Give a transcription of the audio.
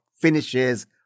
finishes